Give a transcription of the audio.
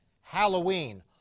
Halloween